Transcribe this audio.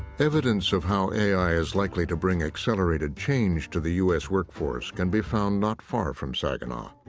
evidence of how a i. is likely to bring accelerated change to the u s. workforce can be found not far from saginaw.